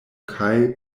kaj